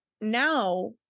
Now